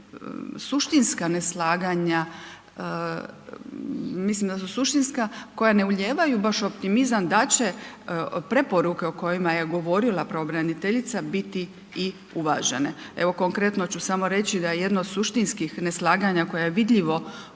suštinska neslaganja, mislim da su suštinska, koja ne ulijevaju baš optimizam da će preporuke o kojima je govorila pravobraniteljica biti i uvažene. Evo konkretno ću samo reći da je jedno od suštinskih neslaganja koje je vidljivo u